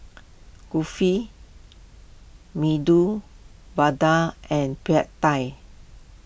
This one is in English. Kulfi Medu Vada and Pad Thai